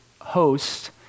host